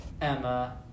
Emma